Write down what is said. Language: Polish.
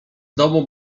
domu